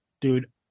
Dude